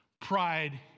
pride